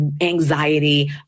anxiety